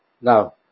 Now